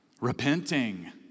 repenting